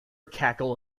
cackle